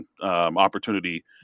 opportunity